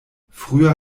früher